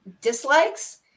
dislikes